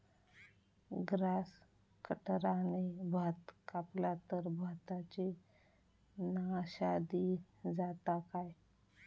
Grass कटराने भात कपला तर भाताची नाशादी जाता काय?